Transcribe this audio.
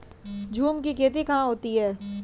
झूम की खेती कहाँ होती है?